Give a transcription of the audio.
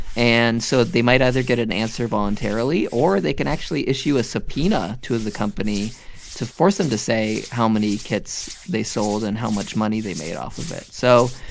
and so they might either get an answer voluntarily, or they can actually issue a subpoena to the company to force them to say how many kits they sold and how much money they made off of it. so,